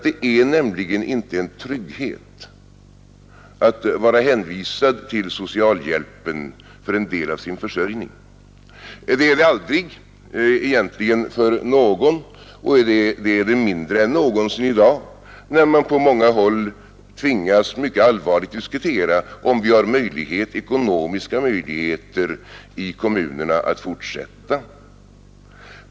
Det är nämligen inte en trygghet att vara hänvisad till socialhjälpen för en del av sin försörjning. Det är det egentligen aldrig för någon, och det är det mindre än någonsin i dag, när man på många håll tvingas mycket allvarligt diskutera, om kommunerna har ekonomiska möjligheter att fortsätta.